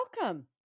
welcome